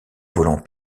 volant